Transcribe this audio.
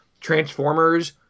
transformers